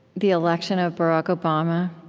the election of barack obama,